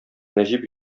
нәҗип